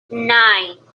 nine